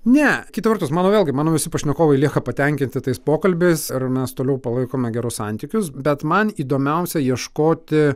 ne kita vertus mano vėlgi mano visi pašnekovai lieka patenkinti tais pokalbiais ir mes toliau palaikome gerus santykius bet man įdomiausia ieškoti